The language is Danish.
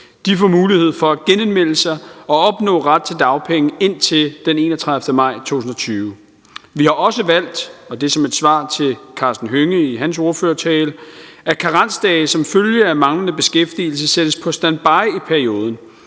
De får mulighed for at genindmelde sig og opnå ret til dagpenge, indtil den 31. maj 2020. Vi har også valgt – og det er så mit svar på det, hr. Karsten Hønge nævnte i sin ordførertale – at karensdage som følge af manglende beskæftigelse sættes på standby i perioden.